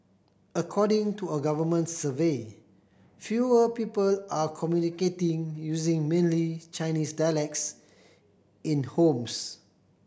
according to a government survey fewer people are communicating using mainly Chinese dialects in homes